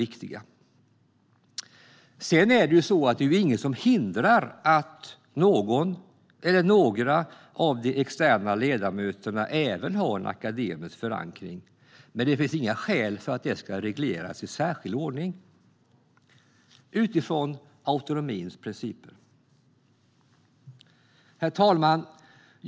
Inget hindrar att någon eller några av de externa ledamöterna även har en akademisk förankring, men det finns inga skäl för att det ska regleras i särskild ordning - utifrån autonomins principer. Herr talman!